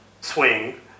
swing